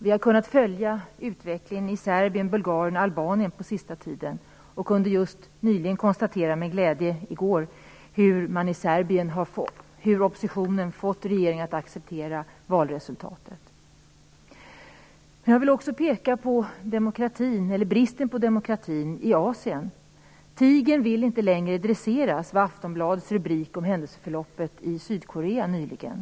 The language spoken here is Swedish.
Vi har kunnat följa utvecklingen i Serbien, Bulgarien och Albanien under den senaste tiden och kunde senast i går med glädje konstatera att oppositionen i Serbien har fått regeringen att acceptera valresultatet. Jag vill också peka på bristen på demokrati i Asien. "Tigern vill inte längre dresseras", var Aftonbladets rubrik om händelseförloppet i Sydkorea nyligen.